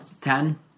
ten